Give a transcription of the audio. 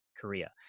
Korea